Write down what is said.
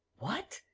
what!